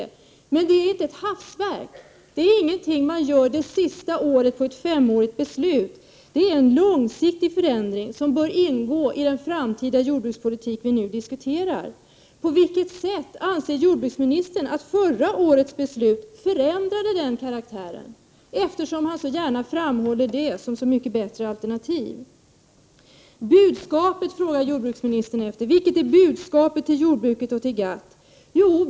Men det är inte något hastverk. Det är ingenting man gör det sista året i en femårsperiod som omfattas av ett beslut. Det är en långsiktig förändring som bör ingå i den framtida jordbrukspolitik vi nu diskuterar. På vilket sätt anser jordbruksministern att förra årets beslut förändrade den karaktären, eftersom han så gärna framhåller det som ett mycket bättre alternativ? Jordbruksministern frågar efter vilket budskapet till jordbruket och till GATT är.